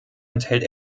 enthält